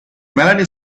melanie